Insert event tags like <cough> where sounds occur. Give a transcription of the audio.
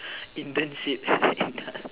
internship <laughs>